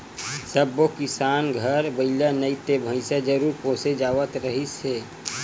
सब्बो किसान घर बइला नइ ते भइसा जरूर पोसे जावत रिहिस हे